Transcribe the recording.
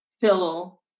fill